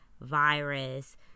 virus